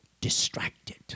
distracted